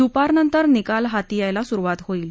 द्पारनंतर निकाल हाती यायला सुरुवात होईल